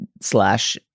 slash